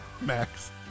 max